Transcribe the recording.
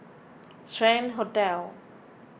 Strand Hotel